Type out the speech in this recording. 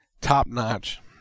top-notch